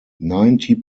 ninety